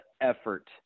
effort